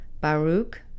Baruch